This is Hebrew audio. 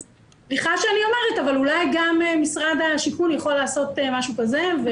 סליחה שאני אומרת אבל אולי גם משרד הבינוי והשיכון יוכל לעשות משהו כזה.